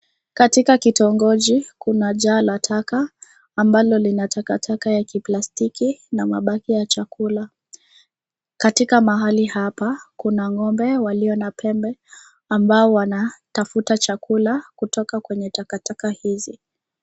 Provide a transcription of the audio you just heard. Katika kitongoji kuna jaa la taka ambalo lina takataka ya plastiki na mabaki ya chakula, katika mahali hapa kuna ng'ombe walio na pembe ambao wanatafuta chakula kutoka kwenye takataka hizi.